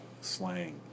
slang